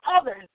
others